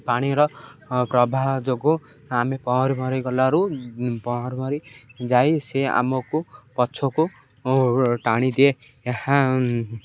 ପାଣିର ପ୍ରବାହ ଯୋଗୁଁ ଆମେ ପହଁର ପରି ଗଲାରୁ ପହଁରି ପହଁରି ଯାଇ ସେ ଆମକୁ ପଛକୁ ଟାଣି ଦିଏ ଏହା